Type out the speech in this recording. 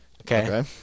Okay